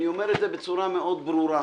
אני אומר את זה בצורה מאוד ברורה.